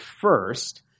first